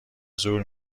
زور